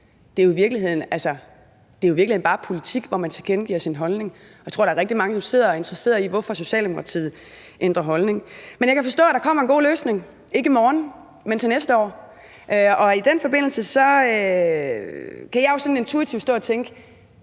Det er i virkeligheden bare politik, hvor man tilkendegiver sin holdning. Og jeg tror, der er rigtig mange, der sidder og er interesseret i, hvorfor Socialdemokratiet ændrer holdning. Men jeg kan forstå, at der kommer en god løsning – ikke i morgen, men til næste år. Og i den forbindelse kan jeg jo sådan intuitivt stå og tænke,